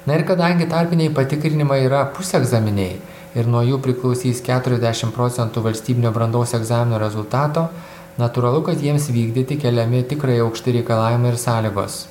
na ir kadangi tarpiniai patikrinimai yra pusegzaminiai ir nuo jų priklausys keturiasdešimt procentų valstybinio brandos egzamino rezultato natūralu kad jiems vykdyti keliami tikrai aukšti reikalavimai ir sąlygos